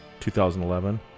2011